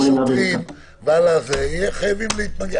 השוטרים יהיו חייבים להתמגן.